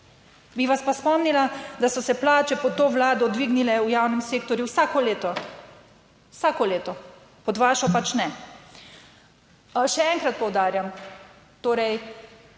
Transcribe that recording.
Bi vas pa spomnila, da so se plače pod to Vlado dvignile v javnem sektorju vsako leto. Vsako leto. Pod vašo pač ne. Še enkrat poudarjam, torej